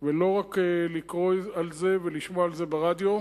ועדת החוץ והביטחון, בראשות חבר הכנסת זאב אלקין,